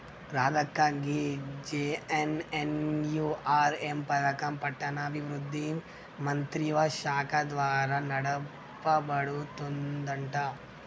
రాధక్క గీ జె.ఎన్.ఎన్.యు.ఆర్.ఎం పథకం పట్టణాభివృద్ధి మంత్రిత్వ శాఖ ద్వారా నడపబడుతుందంట